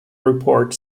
report